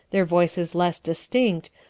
their voices less distinct,